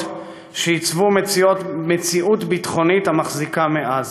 שעיצבו מציאות ביטחונית המחזיקה מאז.